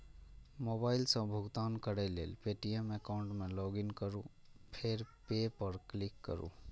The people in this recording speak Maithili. मोबाइल सं भुगतान करै लेल पे.टी.एम एकाउंट मे लॉगइन करू फेर पे पर क्लिक करू